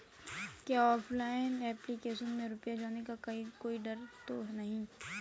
क्या online application में रुपया जाने का कोई डर तो नही है?